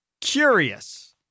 Curious